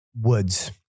woods